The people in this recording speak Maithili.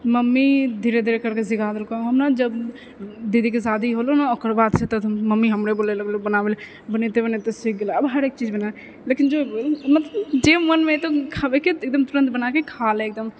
मम्मी धीरे धीरे करकऽ सीखा देलकौ हमे जब दीदीके शादी होलै ने ओकर बाद सिखैके मम्मी हमरो बोलै लगलो बनाबै लअ बनैबिते बनैबिते सीख गेलियौ अब हरेक चीज बना लेकिन मतलब जे मनमे हेतौ खाबैके एकदम तुरत बनाके खा लै एकदम